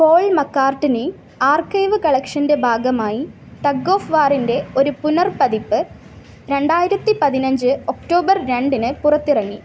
Paul McCartney archive കളക്ഷൻ്റെ ഭാഗമായി tug of വാറിന്റെ ഒരു പുനർ പതിപ്പ് രണ്ടായിരത്തി പതിനഞ്ച് ഒക്ടോബർ രണ്ടിന് പുറത്തിറങ്ങി